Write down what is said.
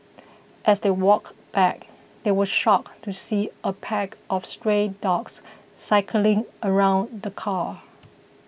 as they walked back they were shocked to see a pack of stray dogs circling around the car